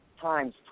times